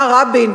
מה רבין,